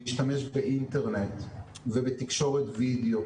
באינטרנט ובתקשורת וידאו.